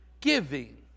giving